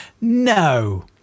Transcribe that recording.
No